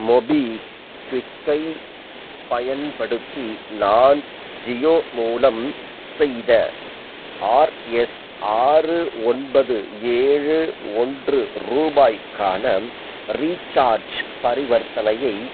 மோபிக்விக்கைப் பயன்படுத்தி நான் ஜியோ மூலம் செய்த ஆர்எஸ் ஆறு ஒன்பது ஏழு ஒன்று ரூபாய்க்கான ரீச்சார்ஜ் பரிவர்த்தனையை